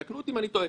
כן,